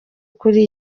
kuri